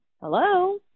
Hello